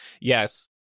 Yes